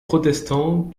protestants